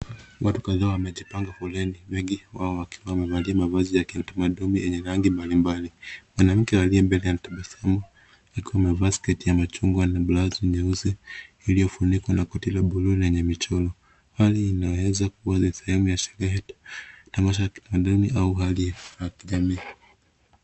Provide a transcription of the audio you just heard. Watu kadhaa wamejipanga foleni wengi wao wakiwa wamevalia mavazi ya kitamaduni yenye rangi mbalimbali. Mwanamke aliye mbele anatabasamu akiwa amevaa sketi ya machungwa na blauzi nyeusi iliyofunikwa na koti la buluu lenye michoro. Hali inaweza kuwa ni sehemu ya sherehe, tamasha ya kitamaduni au hali ya kijamii.